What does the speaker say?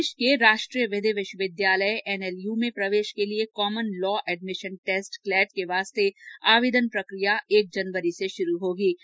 देश के राष्ट्रीय विधि विश्वविद्यालय एनएलयू में प्रवेश के लिए Common Law Admission Test CLAT के वास्ते आवेदन प्रक्रिया एक जनवरी से शुरू होगीं